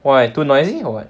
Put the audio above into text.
why too noisy or what